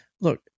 Look